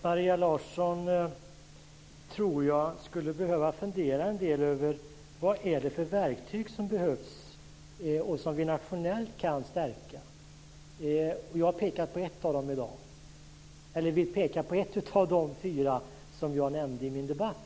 Fru talman! Maria Larsson skulle behöva fundera en del över vad det är för verktyg som behövs och som vi nationellt kan stärka. Jag vill peka på ett av de fyra som jag nämnde i min debatt.